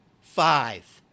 five